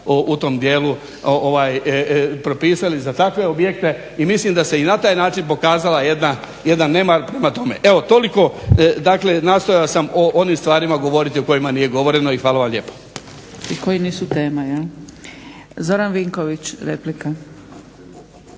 u tom dijelu propisali za takve objekte i mislim da se i na taj način pokazala jedna nemar prema tome. Evo toliko dakle, nastojao sam govoriti o onima stvarima o kojima nije govoreno i hvala nam lijepa. **Zgrebec, Dragica (SDP)** I koji nisu tema jel. Zoran Vinković replika.